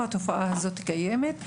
התופעה הזאת קיימת,